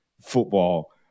football